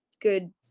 good